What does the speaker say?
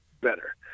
better